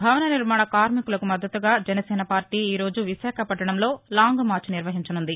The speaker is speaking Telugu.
భవన నిర్మాణ కార్మికులకు మద్దతుగా జనసేన పార్టీ ఈరోజు విశాఖపట్లణంలో లాంగ్మార్చ్ నిర్వహించనుంది